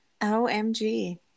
OMG